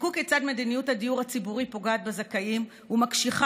בדקו כיצד מדיניות הדיור הציבורי פוגעת בזכאים ומקשיחה